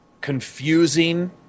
confusing